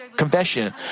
Confession